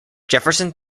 jefferson